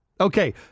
Okay